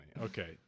Okay